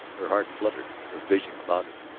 her heart fluttered, her vision clouded,